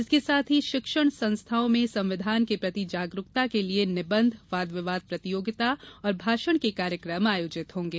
इसके साथ ही शिक्षण संस्थाओं में संविधान के प्रति जागरूकता के लिये निबंध वाद विवाद प्रतियोगिता और भाषण के कार्यक्रम आयोजित होंगे